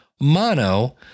mono